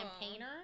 campaigner